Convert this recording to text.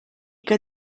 que